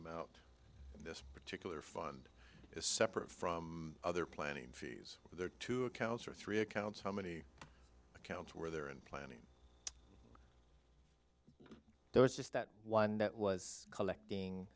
amount this particular fund is separate from other planning fees for their two accounts or three accounts how many accounts were there in planning there was just that one that was collecting